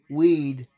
weed